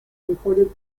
imported